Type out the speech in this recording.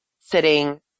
sitting